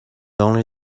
only